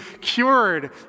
cured